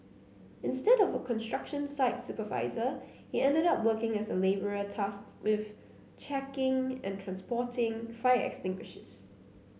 instead of a construction site supervisor he ended up working as a labourer tasked with checking and transporting fire extinguishers